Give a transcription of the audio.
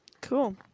Cool